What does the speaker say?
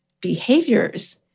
behaviors